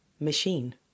machine